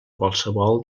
qualsevol